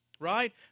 Right